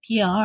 PR